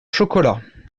chocolat